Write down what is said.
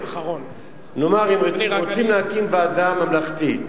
נאמר אם רוצים להקים ועדה ממלכתית,